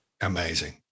Amazing